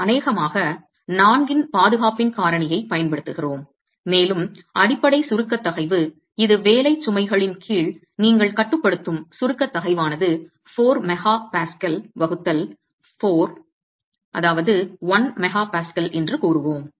நாம் அநேகமாக 4 இன் பாதுகாப்பின் காரணியைப் பயன்படுத்துவோம் மேலும் அடிப்படை சுருக்க தகைவு இது வேலைச் சுமைகளின் கீழ் நீங்கள் கட்டுப்படுத்தும் சுருக்க தகைவானது 4 MPa வகுத்தல் 4 1 MPa என்று கூறுவோம்